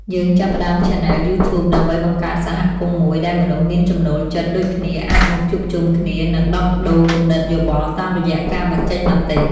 យើងចាប់ផ្តើមឆានែលយូធូប ដើម្បីបង្កើតសហគមន៍មួយដែលមនុស្សមានចំណូលចិត្តដូចគ្នាអាចមកជួបជុំគ្នា និងដោះដូរគំនិតយោបល់តាមរយៈការបញ្ចេញមតិ។